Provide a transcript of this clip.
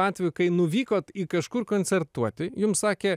atvejų kai nuvykot į kažkur koncertuoti jums sakė